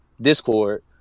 Discord